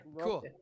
cool